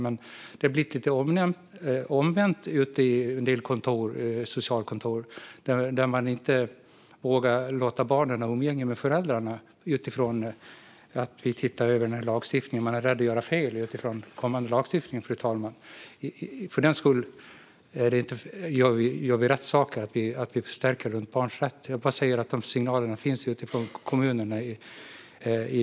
Men det har blivit lite det omvända ute på en del socialkontor. Man vågar inte låta barnen ha umgänge med föräldrarna, eftersom man är rädd att göra fel utifrån kommande lagstiftning, fru talman. Gör vi rätt saker, alltså stärker barns rätt, baserat på de signaler som finns i dag ute i kommunerna?